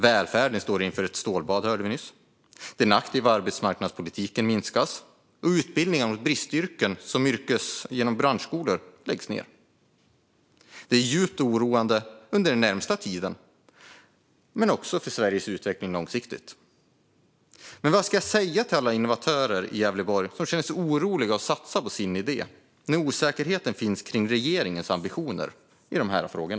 Välfärden står inför ett stålbad, hörde vi nyss, den aktiva arbetsmarknadspolitiken minskas och utbildningar inom bristyrken vid yrkes och branschskolor läggs ned. Detta är djupt oroande inför den närmaste tiden men också för Sveriges utveckling långsiktigt. Vad ska jag säga till alla innovatörer i Gävleborg som känner sig oroliga över att satsa på sin idé när det finns osäkerhet om regeringens ambitioner i dessa frågor?